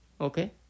Okay